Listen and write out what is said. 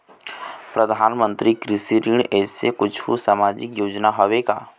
परधानमंतरी कृषि ऋण ऐसे कुछू सामाजिक योजना हावे का?